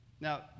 Now